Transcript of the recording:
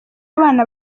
abana